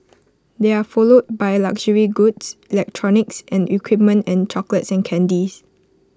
they are followed by luxury goods electronics and equipment and chocolates and candies